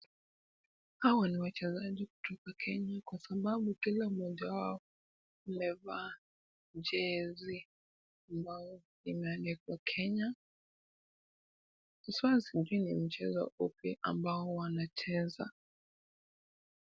Hawa ni wachezaji kutoka Kenya kwa sababu kila mmoja wao amevaa jezi ambayo imeandikwa Kenya. Haswa sijui ni mchezo upi ambao wanacheza.